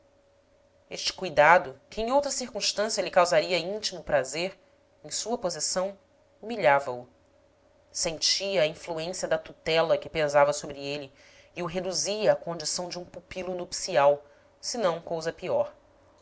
este cuidado que em outra circunstância lhe causaria íntimo prazer em sua posição humilhava o sentia a influência da tutela que pesava sobre ele e o reduzia à condição de um pupilo nupcial se não cousa pior